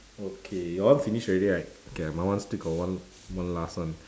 okay your one finish already right okay my one still got one one last one